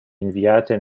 inviate